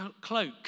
cloak